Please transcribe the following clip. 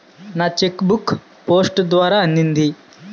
నా cheque book post ద్వారా అందింది